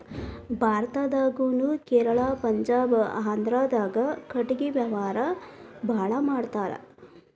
ಭಾರತದಾಗುನು ಕೇರಳಾ ಪಂಜಾಬ ಆಂದ್ರಾದಾಗ ಕಟಗಿ ವ್ಯಾವಾರಾ ಬಾಳ ಮಾಡತಾರ